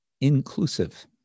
inclusive